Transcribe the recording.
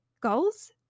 goals